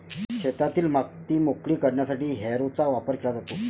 शेतातील माती मोकळी करण्यासाठी हॅरोचा वापर केला जातो